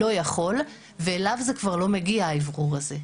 אליו לא מגיע האוורור הזה.